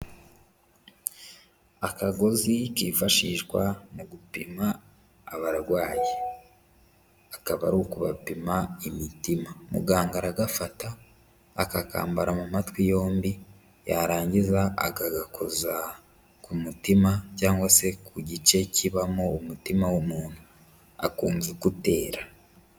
Akagozi kifashishwa mu gupima abarwayi akaba ari ukubapima imitima, muganga aragafata akakambara mu matwi yombi yarangiza akagakoza ku mutima cyangwa se ku gice kibamo umutima w'umuntu, akumva uko utera.